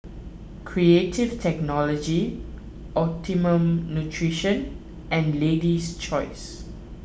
Creative Technology Optimum Nutrition and Lady's Choice